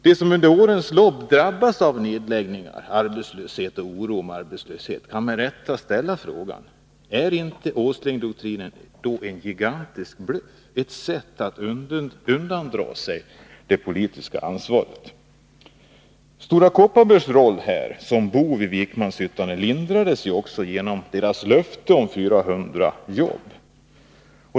De som under årens lopp har drabbats av nedläggningar, arbetslöshet och oro för arbetslöshet kan med rätta ställa frågan: Är inte Åslingdoktrinen en gigantisk bluff, ett sätt att undandra sig det politiska anvaret? Stora Kopparbergs roll som bov i Vikmanshyttan lindrades genom dess löfte om 400 jobb.